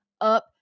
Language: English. up